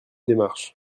démarche